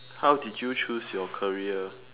how did you choose your career